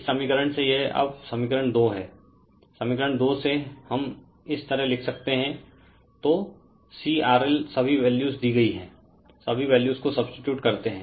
इस समीकरण से यह अब समीकरण 2 है समीकरण 2 से हम इस तरह लिख सकते हैं तो C RL सभी वैल्यूज दी गई है सभी वैल्यूज को सब्सीटूट करते हैं